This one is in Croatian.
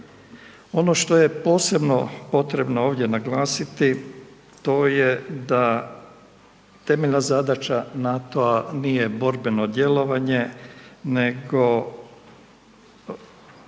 Ono što je posebno potrebno ovdje naglasiti to je da temeljna zadaća NATO-a nije borbeno djelovanje, nego